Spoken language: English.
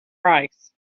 price